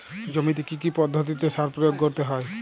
জমিতে কী কী পদ্ধতিতে সার প্রয়োগ করতে হয়?